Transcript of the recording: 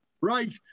Right